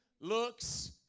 looks